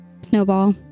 Snowball